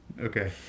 Okay